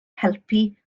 helpu